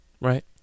right